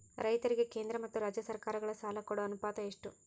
ರೈತರಿಗೆ ಕೇಂದ್ರ ಮತ್ತು ರಾಜ್ಯ ಸರಕಾರಗಳ ಸಾಲ ಕೊಡೋ ಅನುಪಾತ ಎಷ್ಟು?